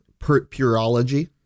Purology